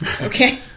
Okay